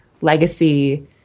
legacy